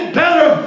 better